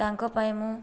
ତାଙ୍କ ପାଇଁ ମୁଁ